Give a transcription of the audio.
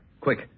Quick